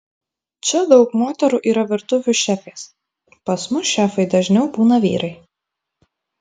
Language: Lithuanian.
čia daug moterų yra virtuvių šefės pas mus šefai dažniau būna vyrai